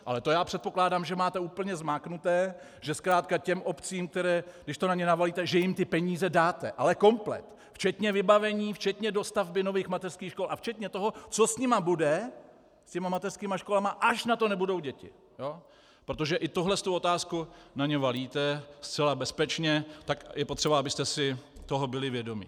Ale to předpokládám, že máte úplně zmáknuté, že zkrátka těm obcím, když to na ně navalíte, že jim ty peníze dáte, ale komplet včetně vybavení, včetně dostavby nových mateřských škol a včetně toho, co s nimi bude, s těmi mateřskými školami, až na to nebudou děti, protože i tuhle tu otázku na ně valíte zcela bezpečně, tak je potřeba, abyste si toho byli vědomi.